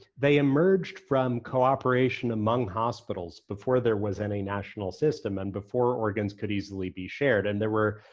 they emerged from cooperation among hospitals before there was any national system and before organs could easily be shared. and there were